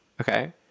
okay